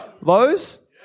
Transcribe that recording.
Lowe's